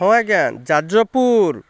ହଁ ଆଜ୍ଞା ଯାଜପୁର